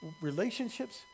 relationships